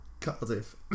Cardiff